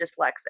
dyslexic